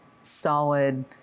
solid